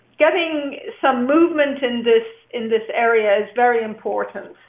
getting some movement in this in this area is very important,